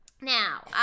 Now